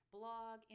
blog